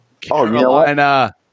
Carolina